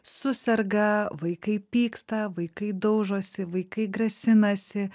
suserga vaikai pyksta vaikai daužosi vaikai grasinasi